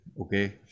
Okay